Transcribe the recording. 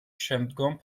შემდგომ